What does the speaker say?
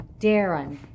Darren